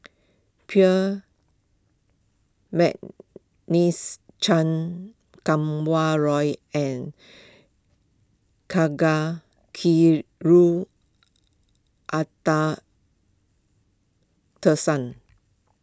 peer McNeice Chan Kum Wah Roy and